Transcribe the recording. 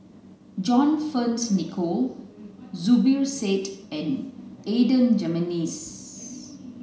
John Fearns Nicoll Zubir Said and Adan Jimenez